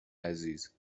عزیز